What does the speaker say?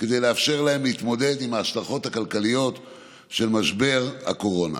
כדי לאפשר להם להתמודד עם ההשלכות הכלכליות של משבר הקורונה.